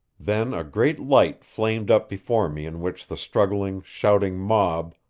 then a great light flamed up before me in which the struggling, shouting mob,